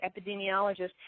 epidemiologist